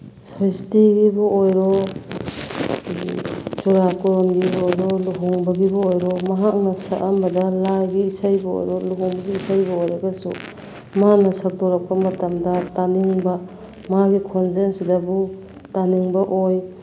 ꯁꯣꯁꯇꯤꯒꯤꯕꯨ ꯑꯣꯏꯔꯣ ꯑꯩꯈꯣꯏꯒꯒꯤ ꯆꯨꯔꯥꯀꯣꯔꯣꯟꯒꯤꯕꯨ ꯑꯣꯏꯔꯣ ꯂꯨꯍꯣꯡꯕꯒꯤꯕꯨ ꯑꯣꯏꯔꯣ ꯃꯍꯥꯛꯅ ꯁꯛꯑꯝꯕꯗ ꯂꯥꯏꯒꯤ ꯏꯁꯩꯕꯨ ꯑꯣꯏꯔꯣ ꯂꯨꯍꯣꯡꯕꯩ ꯏꯁꯩꯕꯨ ꯑꯣꯏꯔꯒꯁꯨ ꯃꯥꯅ ꯁꯛꯇꯣꯔꯛꯄ ꯃꯇꯝꯗ ꯇꯥꯅꯤꯡꯕ ꯃꯥꯒꯤ ꯈꯣꯟꯖꯦꯟꯁꯤꯗꯕꯨ ꯇꯥꯅꯤꯡꯕ ꯑꯣꯏ